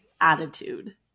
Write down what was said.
attitude